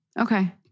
Okay